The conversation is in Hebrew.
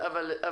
נכון.